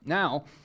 Now